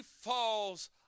falls